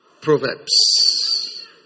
Proverbs